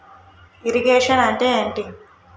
Irrigation అంటే ఏంటీ?